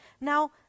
Now